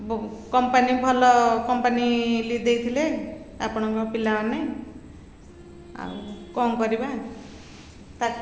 company ଭଲ company ବି ଦେଇଥିଲେ ଆପଣଙ୍କ ପିଲାମାନେ ଆଉ କ'ଣ କରିବା ତା